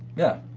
yeah.